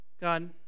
God